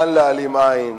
אפשר להעלים עין,